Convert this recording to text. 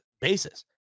basis